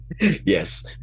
yes